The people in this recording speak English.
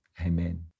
Amen